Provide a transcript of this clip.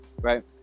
right